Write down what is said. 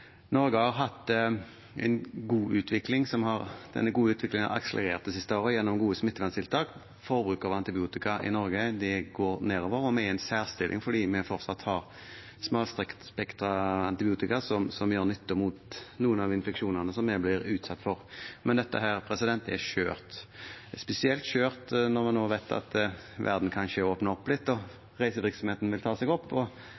Norge har hatt en god utvikling, og denne gode utviklingen har akselerert det siste året gjennom gode smitteverntiltak. Forbruket av antibiotika i Norge går nedover, og vi er i en særstilling fordi vi fortsatt har smalspektret antibiotika, som gjør nytte mot noen av infeksjonene som vi blir utsatt for. Men dette er skjørt. Det er spesielt skjørt når vi nå vet at verden kanskje åpner opp litt, og reisevirksomheten vil ta seg opp.